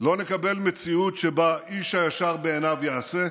לא נקבל מציאות שבה איש הישר בעיניו יעשה,